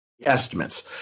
estimates